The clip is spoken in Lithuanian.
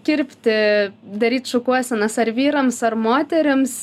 kirpti daryt šukuosenas ar vyrams ar moterims